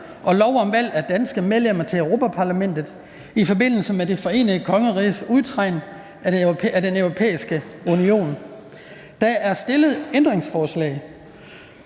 og lov om valg af danske medlemmer til Europa-Parlamentet i forbindelse med Det Forenede Kongeriges udtræden af Den Europæiske Union. (Modernisering af